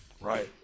Right